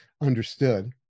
understood